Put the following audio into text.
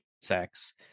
sex